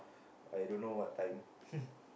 I don't know what time